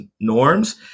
norms